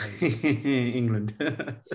England